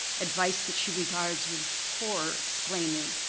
advice that she regards with horror exclaiming,